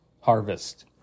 harvest